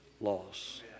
loss